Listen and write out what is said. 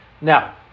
Now